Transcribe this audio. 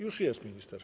Już jest minister.